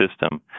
system